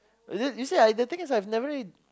uh you you see ah the thing I have never really